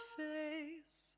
face